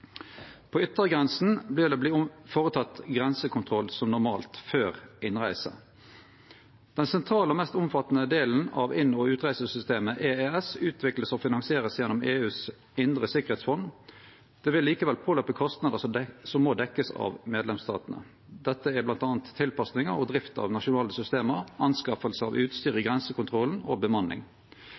På yttergrensa vil det verte føreteke grensekontroll som normalt før innreise. Den sentrale og mest omfattande delen av inn- og utreisesystemet EES vert utvikla og finansiert gjennom EUs indre tryggleiksfond. Det vil likevel kome til kostnader som må dekkjast av medlemsstatane. Dette er bl.a. tilpassingar og drift av nasjonale system, anskaffing av utstyr i grensekontrollen og bemanning.